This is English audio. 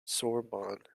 sorbonne